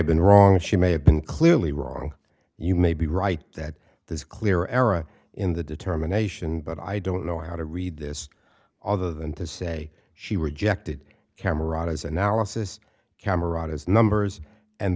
have been wrong she may have been clearly wrong you may be right that there's clear era in the determination but i don't know how to read this other than to say she rejected kamerad as analysis kamerad as numbers and